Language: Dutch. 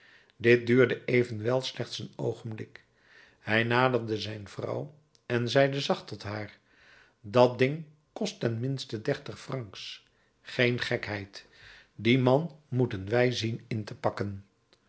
dit duurde evenwel slechts een oogenblik hij naderde zijn vrouw en zeide zacht tot haar dat ding kost ten minste dertig francs geen gekheid dien man moeten wij zien in te pakken